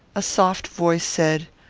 a soft voice said,